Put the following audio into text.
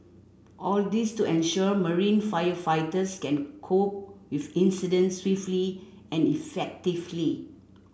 all this to ensure marine firefighters can cope with incidents swiftly and effectively